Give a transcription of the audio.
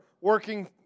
working